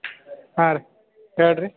ಹಾಂ ರೀ ಹೇಳಿರಿ